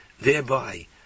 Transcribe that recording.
thereby